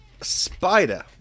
spider